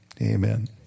Amen